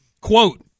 Quote